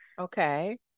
okay